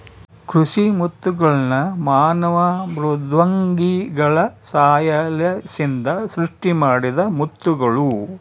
ಕೃಷಿ ಮುತ್ತುಗಳ್ನ ಮಾನವ ಮೃದ್ವಂಗಿಗಳ ಸಹಾಯಲಿಸಿಂದ ಸೃಷ್ಟಿಮಾಡಿದ ಮುತ್ತುಗುಳು